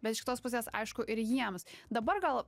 bet iš kitos pusės aišku ir jiems dabar gal